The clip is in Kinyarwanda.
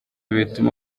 bituma